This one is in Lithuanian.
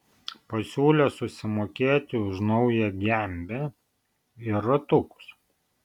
pasiūlė susimokėti už naują gembę ir ratukus